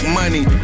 money